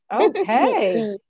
Okay